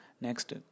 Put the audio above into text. Next